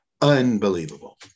Unbelievable